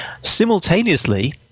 Simultaneously